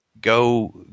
go